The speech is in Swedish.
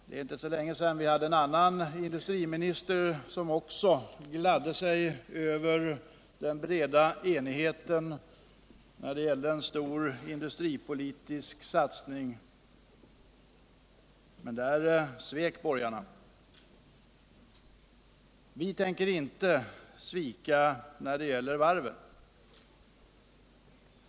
Det är inte så länge sedan vi hade en annan industriminister, som också gladde sig över den breda enigheten när det gällde en stor industripolitisk satsning, men där svek borgarna. Vi tänker inte svika när det gäller varven.